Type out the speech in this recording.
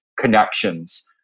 connections